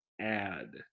add